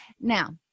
now